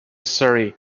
surrey